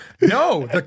no